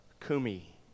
kumi